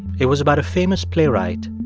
it was about a famous playwright,